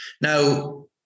Now